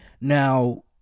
Now